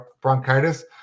bronchitis